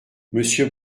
monsieur